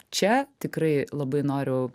čia tikrai labai noriu